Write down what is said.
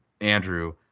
Andrew